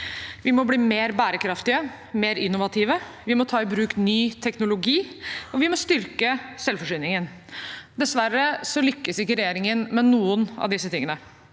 Vi må bli mer bærekraftige og mer innovative. Vi må ta i bruk ny teknologi, og vi må styrke selvforsyningen. Dessverre lykkes ikke regjeringen med noen av disse tingene.